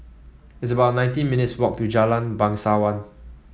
it's about nineteen minutes' walk to Jalan Bangsawan